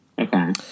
Okay